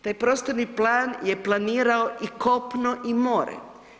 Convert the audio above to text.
Taj prostorni plan je planirao i kopno i more.